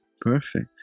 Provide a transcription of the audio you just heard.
Perfect